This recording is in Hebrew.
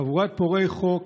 חבורת פורעי חוק